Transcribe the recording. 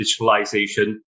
digitalization